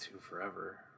forever